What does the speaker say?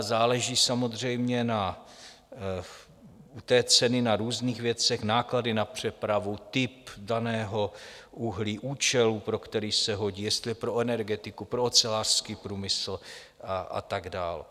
Záleží samozřejmě u té ceny na různých věcech náklady na přepravu, typ daného uhlí, účelu, pro který se hodí, jestli je pro energetiku, pro ocelářský průmysl a tak dál.